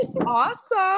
Awesome